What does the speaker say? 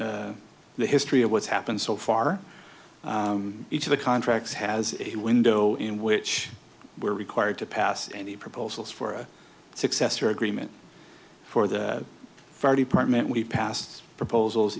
the history of what's happened so far each of the contracts has a window in which we're required to pass any proposals for a successor agreement for the fire department we passed proposals